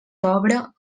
pobra